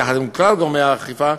יחד עם כלל גורמי האכיפה,